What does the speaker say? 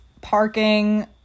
parking